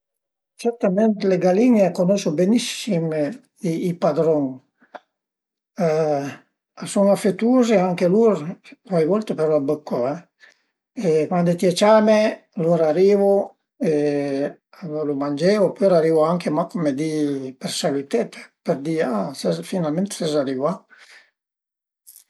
Certamente le galin-e a cunosu benissim i padrun a sun afetuze e anche lur cuai volta però a bëccu e cuandi t'ie ciame, lur arivu e völu mangé opüra arivu anche mach cume di për salütete, për di a finalment s'es arivà